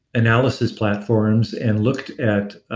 analysis platforms and looked at